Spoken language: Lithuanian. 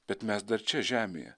bet mes dar čia žemėje